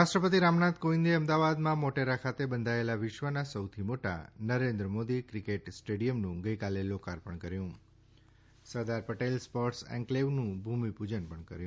રાષ્ટ્રપતિ રામનાથ કોવિંદે અમદાવાદમાં મોટેરા ખાતે બંધાયેલા વિશ્વના સૌથી મોટા નરેન્દ્ર મોદી ક્રિકેટ સ્ટડીયમનું ગઈકાલે લોકાર્પણ કર્યું સરદાર પટેલ સ્પોર્ટ્સ એન્કલેવનું ભૂમિપૂજન પણ કર્યું